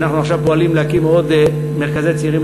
ואנחנו עכשיו פועלים להקים מרכזי צעירים